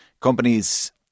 companies